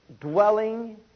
dwelling